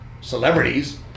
celebrities